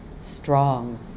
strong